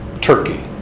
Turkey